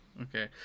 okay